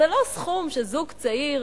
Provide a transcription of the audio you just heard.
זה לא סכום שזוג צעיר,